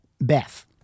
Beth